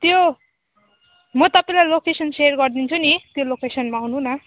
त्यो म तपाईँलाई लोकेसन सेयर गरिदिन्छु नि त्यो लोकेसनमा आउनु न